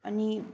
अनि